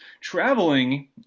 Traveling